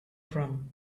from